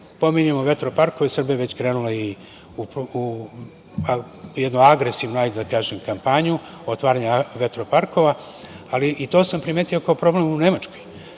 pominjemo vetroparkove, Srbija je već krenula u jednu agresivnu, hajde da kažem, kampanju otvaranja vetroparkova, ali i to sam primetio kao problem u Nemačkoj.